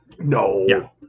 No